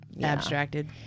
abstracted